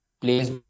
place